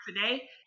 today